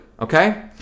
okay